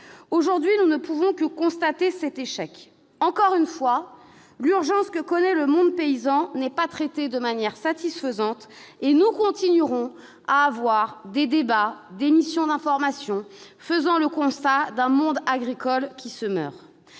Aujourd'hui, nous ne pouvons que constater cet échec. Encore une fois, l'urgence que connaît le monde paysan n'est pas traitée de manière satisfaisante, et nous continuerons, au travers de débats, de missions d'information, à faire le constat d'un monde agricole qui se meurt.